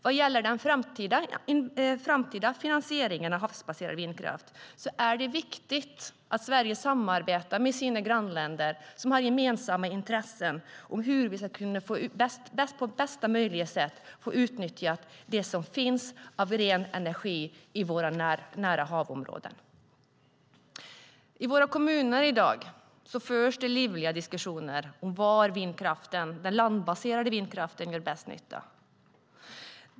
Vad gäller den framtida finansieringen av havsbaserad vindkraft är det viktigt att Sverige samarbetar med sina grannländer, som har gemensamma intressen i hur vi på bästa möjliga sätt ska kunna utnyttja det som finns av ren energi i våra nära-hav-områden. I våra kommuner i dag förs det livliga diskussioner om var den landbaserade vindkraften gör bäst nytta.